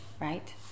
right